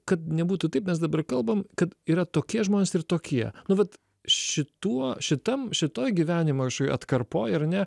kad nebūtų taip mes dabar kalbam kad yra tokie žmonės ir tokie nu vat šituo šitam šitoj gyvenimo kašokioj atkarpoj ar ne